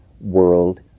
world